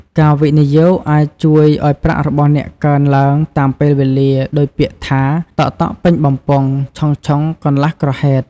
ការវិនិយោគអាចជួយឱ្យប្រាក់របស់អ្នកកើនឡើងតាមពេលវេលាដូចពាក្យថា តក់ៗពេញបំពង់ ឆុងៗកន្លះក្រហេត។